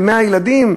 ל-100 ילדים?